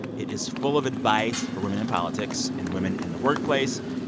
it is full of advice for women in politics and women in the workplace.